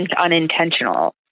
unintentional